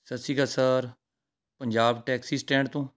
ਸਤਿ ਸ਼੍ਰੀ ਅਕਾਲ ਸਰ ਪੰਜਾਬ ਟੈਕਸੀ ਸਟੈਂਡ ਤੋਂ